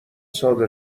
صادر